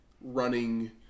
running